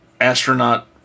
astronaut